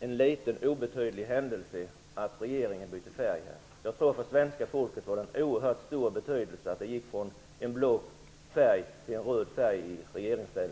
en liten obetydlig händelse att regeringen bytte färg. Jag tror att det för svenska folket har en oerhört stor betydelse att det ändrades från en blå till en röd färg i regeringen.